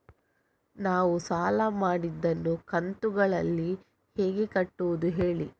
ನಾವು ಸಾಲ ಮಾಡಿದನ್ನು ಕಂತುಗಳಲ್ಲಿ ಹೇಗೆ ಕಟ್ಟುದು ಹೇಳಿ